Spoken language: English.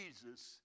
Jesus